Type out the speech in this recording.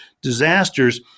disasters